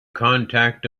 contact